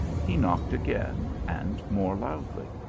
he knocked again, and more loudly.